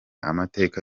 amateka